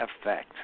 effect